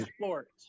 sports